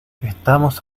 estamos